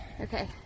Okay